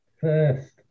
first